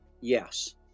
yes